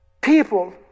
people